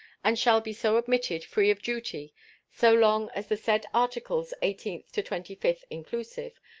and shall be so admitted free of duty so long as the said articles eighteenth to twenty-fifth, inclusive,